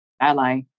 ally